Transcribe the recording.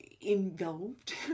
Involved